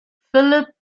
philip